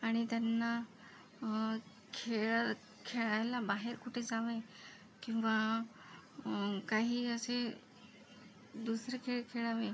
आणि त्यांना खेळ खेळायला बाहेर कुठे जावे किंवा काही असे दुसरे खेळ खेळावे